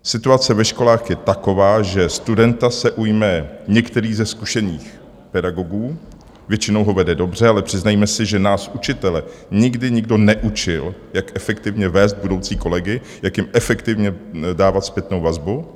Situace ve školách je taková, že studenta se ujme některý ze zkušených pedagogů, většinou ho vede dobře, ale přiznejme si, že nás učitele nikdy nikdo neučil, jak efektivně vést budoucí kolegy, jak jim efektivně dávat zpětnou vazbu.